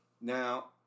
Now